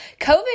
COVID